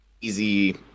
easy